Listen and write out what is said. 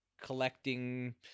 collecting